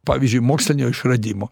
pavyzdžiui mokslinio išradimo